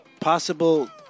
possible